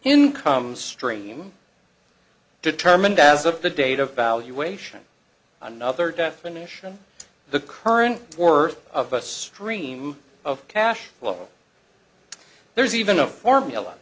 income stream determined as of the date of valuation another definition of the current worth of a stream of cash flow there's even a formula